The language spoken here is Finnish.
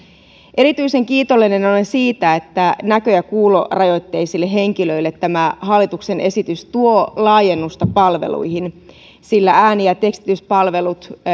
erityisen kiitollinen olen siitä että näkö ja kuulorajoitteisille henkilöille tämä hallituksen esitys tuo laajennusta palveluihin sillä ääni ja tekstityspalvelut